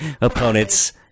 opponent's